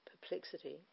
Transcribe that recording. perplexity